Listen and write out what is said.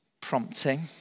prompting